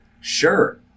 Sure